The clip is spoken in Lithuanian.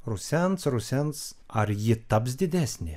rusens rusens ar ji taps didesnė